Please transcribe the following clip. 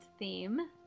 theme